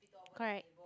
correct